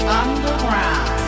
underground